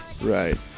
Right